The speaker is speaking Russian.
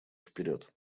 вперед